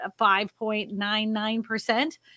5.99%